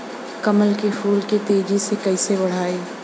कमल के फूल के तेजी से कइसे बढ़ाई?